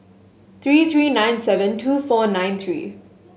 three three nine seven two four nine three